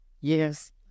Yes